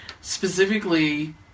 specifically